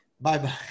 Bye-bye